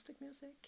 music